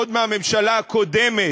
עוד מהממשלה הקודמת,